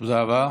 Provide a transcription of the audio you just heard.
תודה רבה.